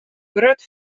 grut